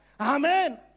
amen